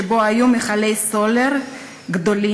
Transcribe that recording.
שבו היו מכלי סולר גדולים,